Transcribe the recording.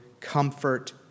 comfort